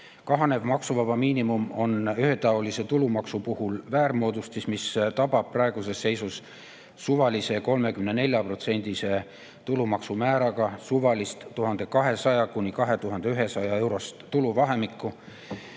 Kahanev maksuvaba miinimum on ühetaolise tulumaksu puhul väärmoodustis, mis tabab praeguses seisus suvalise 34%‑lise tulumaksumääraga suvalist 1200–2100-eurost tuluvahemikku,